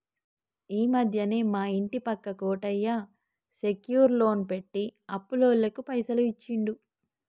ఈ మధ్యనే మా ఇంటి పక్క కోటయ్య సెక్యూర్ లోన్ పెట్టి అప్పులోళ్లకు పైసలు ఇచ్చిండు